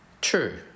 True